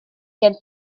gen